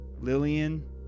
Lillian